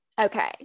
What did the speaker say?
okay